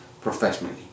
professionally